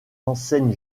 enseignes